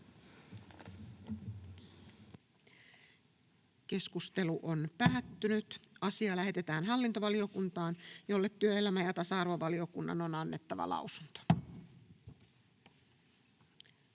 ehdottaa, että asia lähetetään hallintovaliokuntaan, jolle työelämä- ja tasa-arvovaliokunnan on annettava lausunto.